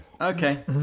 Okay